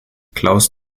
klaus